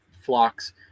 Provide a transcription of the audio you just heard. flocks